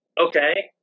okay